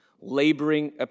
laboring